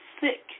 sick